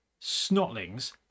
Snotlings